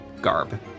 garb